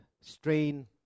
strain